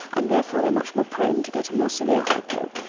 and therefore they are much more prone to get a more severe hypo.